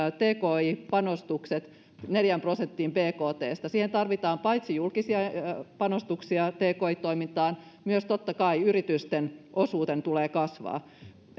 tki panostukset neljään prosenttiin bktstä paitsi että siihen tarvitaan julkisia panostuksia tki toimintaan myös totta kai yritysten osuuden tulee kasvaa